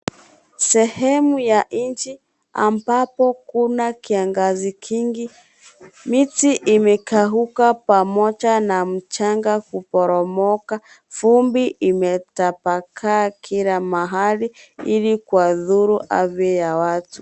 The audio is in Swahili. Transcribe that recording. Sehemu ya nchi, ambapo kuna kiangazi kingi. Miti imekauka pamoja na mchanga kuporomoka. Vumbi imetapakaa kila mahali, ili kuwadhuru afya ya watu.